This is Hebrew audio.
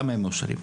גם הם מאושרים.